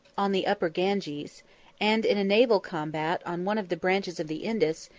on the upper ganges and, in a naval combat on one of the branches of the indus,